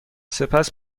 سپس